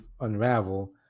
unravel